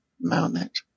moment